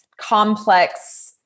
complex